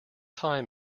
time